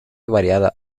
variada